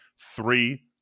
Three